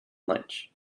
lunch